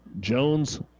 Jones